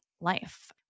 life